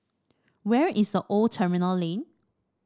where is The Old Terminal Lane